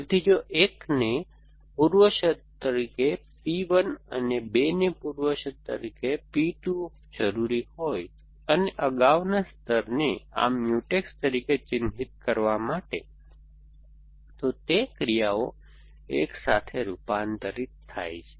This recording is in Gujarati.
તેથી જો 1 ને પૂર્વશરત તરીકે P 1 અને 2 ને પૂર્વશરત તરીકે P 2ની જરૂર હોય અને અગાઉના સ્તરને આમ મ્યુટેક્સ તરીકે ચિહ્નિત કરવા માટે તો તે ક્રિયાઓ એકસાથે રૂપાંતરિત થાય છે